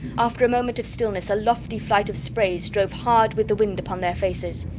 after a moment of stillness a lofty flight of sprays drove hard with the wind upon their faces.